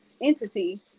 entity